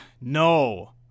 no